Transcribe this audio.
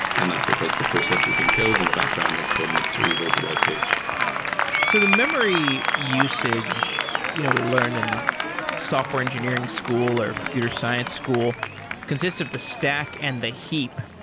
and that's because the process has been killed in the background and chrome needs to reload the webpage so the memory usage you know we learn in software engineering school or computer science school consists of the stack and the heap.